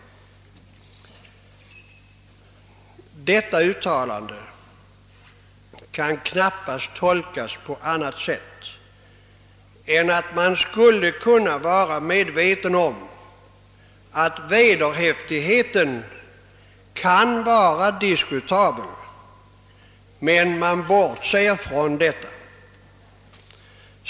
Detta uttalande kan knappast tolkas på annat sätt än att man skulle vara medveten om att vederhäftigheten kan vara diskutabel men att man bortser från detta.